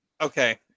Okay